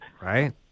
Right